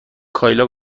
کایلا